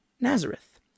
Nazareth